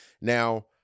Now